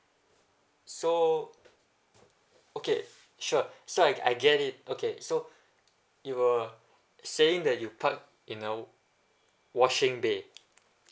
so okay sure so I I get it okay so you were saying that you park in a washing bay